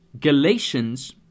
Galatians